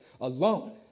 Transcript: alone